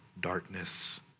darkness